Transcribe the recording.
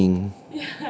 training